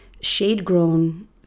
shade-grown